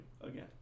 again